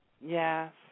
Yes